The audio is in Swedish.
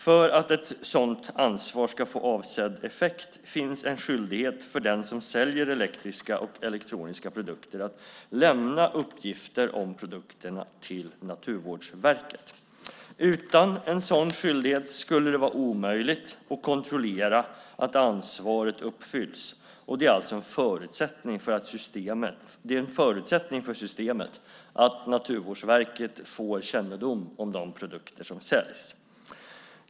För att ett sådant ansvar ska få avsedd effekt finns en skyldighet för den som säljer elektriska och elektroniska produkter att lämna uppgifter om produkterna till Naturvårdsverket. Utan en sådan skyldighet skulle det vara omöjligt att kontrollera att ansvaret uppfylls, och det är alltså en förutsättning för systemet att Naturvårdsverket får kännedom om de produkter som säljs.